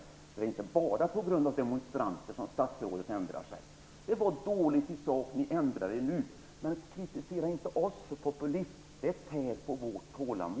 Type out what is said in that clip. Så det är inte enbart på grund av demonstranter som statsrådet ändrar sig. Förslaget var dåligt i sak. Nu ändrar ni er. Men kritisera inte oss för populism! Det tär på vårt tålamod.